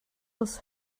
this